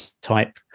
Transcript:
type